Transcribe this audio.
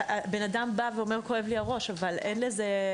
בן אדם בא ואומר "כואב לי הראש" אבל אין לזה,